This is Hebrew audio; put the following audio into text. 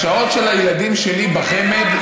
בשעות של הילדים שלי בחמ"ד,